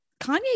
Kanye